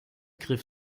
griff